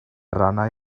rhannau